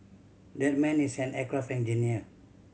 that man is an aircraft engineer